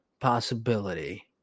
possibility